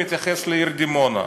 מתייחס לעיר דימונה.